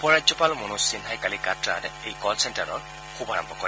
উপ ৰাজ্যপাল মনোজ সিনহাই কালি কাটৰাত এই কল চেণ্টাৰৰ শুভাৰম্ভ কৰে